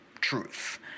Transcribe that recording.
truth